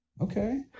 Okay